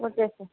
okay sir